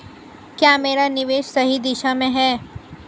क्या मेरा निवेश सही दिशा में है?